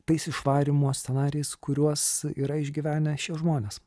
tais išvarymo scenarijais kuriuos yra išgyvenę šie žmonės